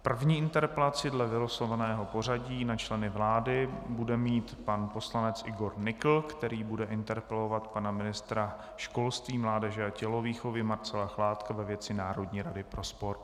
První interpelaci dle vylosovaného pořadí na členy vlády bude mít pan poslanec Igor Nykl, který bude interpelovat pana ministra školství, mládeže a tělovýchovy Marcela Chládka ve věci Národní rady pro sport.